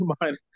Mind